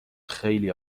خیلی